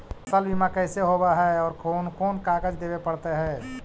फसल बिमा कैसे होब है और कोन कोन कागज देबे पड़तै है?